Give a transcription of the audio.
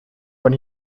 when